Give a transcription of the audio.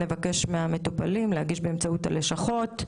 נבקש מהמטופלים להגיש באמצעות הלשכות,